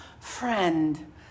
Friend